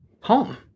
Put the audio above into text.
home